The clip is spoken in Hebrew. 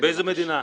באיזו מדינה?